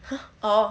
!huh! orh